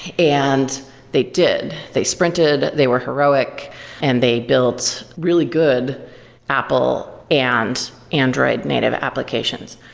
and they did. they sprinted. they were heroic and they built really good apple and android native applications.